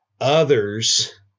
others